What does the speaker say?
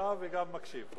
נמצא וגם מקשיב.